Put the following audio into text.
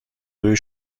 روی